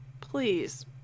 please